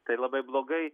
tai labai blogai